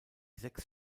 sechs